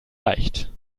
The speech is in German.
leicht